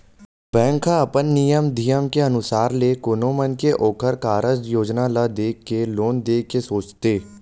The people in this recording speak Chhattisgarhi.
बेंक ह अपन नियम धियम के अनुसार ले कोनो मनखे के ओखर कारज योजना ल देख के लोन देय के सोचथे